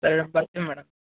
ಸರಿ ಬರ್ತೀನಿ ಮೇಡಮ್